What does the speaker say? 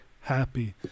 happy